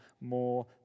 more